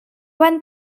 van